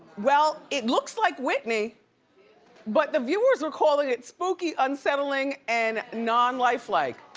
well, it looks like whitney but the viewers were calling it spooky, unsettling and non-lifelike.